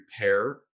repair